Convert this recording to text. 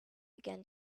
again